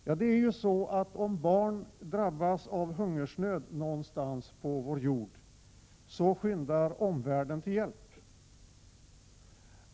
När barn någonstans på vår jord drabbas av hungersnöd skyndar omvärlden till hjälp.